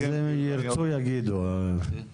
על מנת